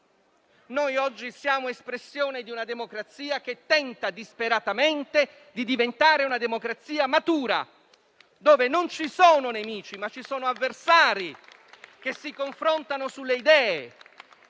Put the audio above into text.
fa. Oggi siamo espressione di una democrazia che tenta disperatamente di diventare matura, in cui non ci sono nemici, ma avversari, che si confrontano sulle idee.